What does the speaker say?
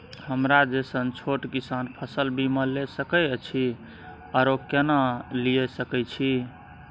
हमरा जैसन छोट किसान फसल बीमा ले सके अछि आरो केना लिए सके छी?